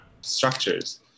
structures